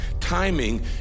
Timing